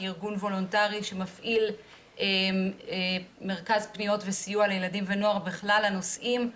כארגון וולונטרי שמפעיל מרכז פניות וסיוע לילדים ונוער בכלל הנושאים,